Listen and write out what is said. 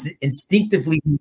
instinctively